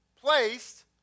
placed